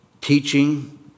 Teaching